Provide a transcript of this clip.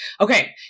Okay